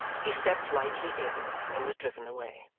he stepped lightly in, and was driven away.